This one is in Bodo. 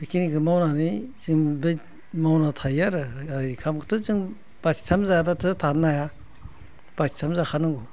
बेखिनिखौ मावनानै जों बे मावना थायो आरो ओंखामखौथ' जों बाथिथाम जायाबाथ' थानो हाया बाथिथाम जाखानांगौ